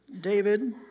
David